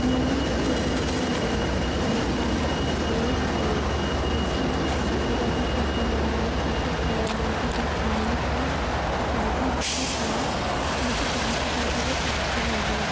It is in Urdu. میں نے ایک ائیررنگس منگوائے تھے امیزون ایپ سے کل جو کہ مجھے بہت ہی زیادہ پسند آئے ان کا کلر ان کا ڈیزائین اتنا زیادہ اچھا تھا مجھے بہت ہی زیادہ وہ اچھے لگے